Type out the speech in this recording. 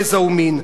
גזע ומין.